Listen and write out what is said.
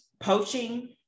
Poaching